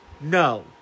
No